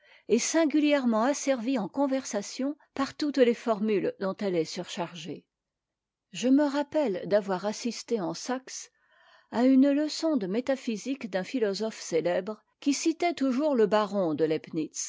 est singulièrement asservie en conversation par toutes les formules dont elle est surchargée je me rappelle d'avoir assisté en saxe à une leçon de métaphysique d'un philosophe cétèbre qui citait toujours le baron de